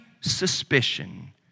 suspicion